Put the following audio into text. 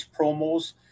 promos